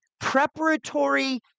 preparatory